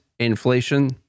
Inflation